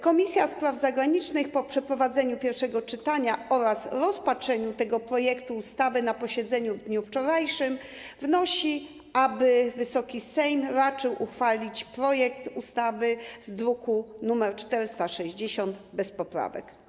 Komisja Spraw Zagranicznych po przeprowadzeniu pierwszego czytania oraz rozpatrzeniu tego projektu ustawy na posiedzeniu w dniu wczorajszym wnosi, aby Wysoki Sejm raczył uchwalić projekt ustawy z druku nr 460 bez poprawek.